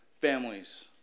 Families